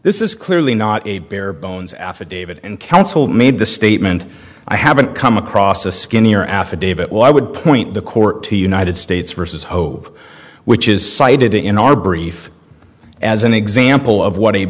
this is clearly not a bare bones affidavit and council made the statement i haven't come across a skinnier affidavit well i would point the court to united states versus hope which is cited in our brief as an example of what a